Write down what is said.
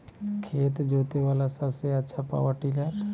खेत जोते बाला सबसे आछा पॉवर टिलर?